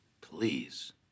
Please